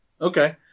Okay